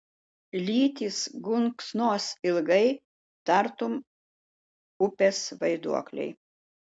lytys gunksos ilgai tartum upės vaiduokliai